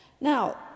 Now